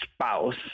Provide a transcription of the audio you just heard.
spouse